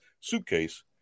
suitcase